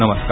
नमस्कार